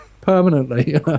permanently